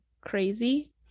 crazy